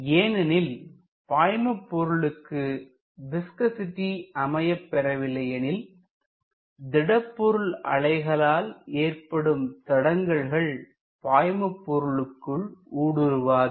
ஏனெனில் பாய்மபொருளுக்கு விஸ்கசிட்டி அமையப் பெறவில்லை எனில் திடப்பொருள் அலைகளால் ஏற்படும் தடங்கல்கள் பாய்மபொருளுக்குள் ஊடுருவாது